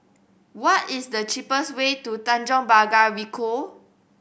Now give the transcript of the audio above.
what is the cheapest way to Tanjong Pagar Ricoh